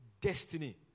destiny